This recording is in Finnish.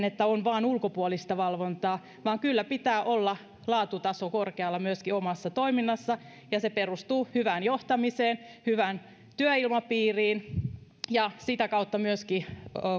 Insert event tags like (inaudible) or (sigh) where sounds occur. (unintelligible) että on vain ulkopuolista valvontaa vaan kyllä pitää olla laatutaso korkealla myöskin omassa toiminnassa se perustuu hyvään johtamiseen ja hyvään työilmapiiriin ja sitä kautta myöskin